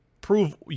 prove